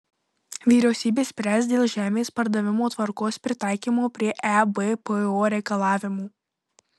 vyriausybė spręs dėl žemės pardavimo tvarkos pritaikymo prie ebpo reikalavimų